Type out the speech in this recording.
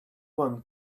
one